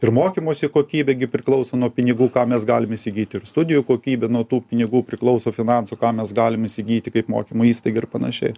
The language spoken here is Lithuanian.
ir mokymosi kokybė gi priklauso nuo pinigų ką mes galime įsigyti ir studijų kokybė nuo tų pinigų priklauso finansų ką mes galim įsigyti kaip mokymo įstaiga ir panašiai